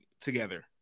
together